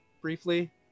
briefly